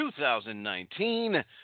2019